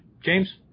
James